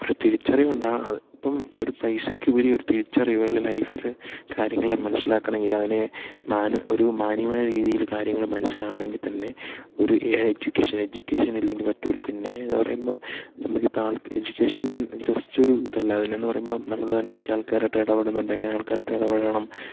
ഒരു തിരിച്ചറിവുണ്ടാവുക അത് ഇപ്പം ഒരു പൈസയ്ക്കുപരി ഒരു തിരിച്ചറിവ് അല്ലെ ലൈഫില് കാര്യങ്ങളെ മനസ്സിലാക്കണമെങ്കിൽ അതിനെ ഒരു മാന്യമായ രീതിയിൽ കാര്യങ്ങൾ മനസ്സിലാവണമെങ്കിൽ തന്നെ ഒരു എഡ്യൂക്കേഷൻ എജ്യൂക്കേഷൻ ഇല്ലെങ്കിൽ പറ്റില്ല പിന്നെ എന്ന് പറയുമ്പോൾ നമുക്കിപ്പം ആൾ എഡ്യൂക്കേഷൻ ജസ്റ്റ് ഒരു ഇതല്ല അതിനെന്ന് പറയുമ്പോൾ നമ്മൾ തന്നെ ഇടയ്ക്ക് ആൾക്കാരായിട്ട് ഇടപെടുന്നുണ്ട് എങ്ങനെ ആൾക്കാരുമായിട്ട് ഇടപഴകണം